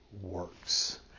works